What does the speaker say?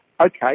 Okay